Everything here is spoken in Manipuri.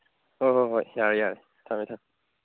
ꯍꯣ ꯍꯣ ꯍꯣꯏ ꯌꯥꯔꯦ ꯌꯥꯔꯦ ꯊꯝꯃꯦ ꯊꯝꯃꯦ